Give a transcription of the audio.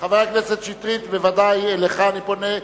חבר הכנסת שטרית, בוודאי אליך אני פונה.